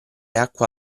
acqua